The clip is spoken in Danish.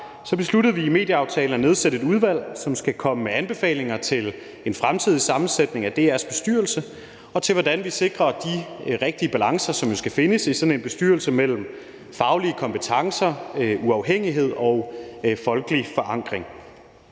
DR besluttede vi i medieaftalen at nedsætte et udvalg, som skal komme med anbefalinger til en fremtidig sammensætning af DR's bestyrelse og til, hvordan vi sikrer de rigtige balancer, som jo skal findes i sådan en bestyrelse, mellem faglige kompetencer, uafhængighed og folkelig forankring.